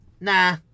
Nah